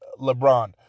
LeBron